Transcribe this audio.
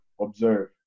observe